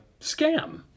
scam